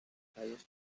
highest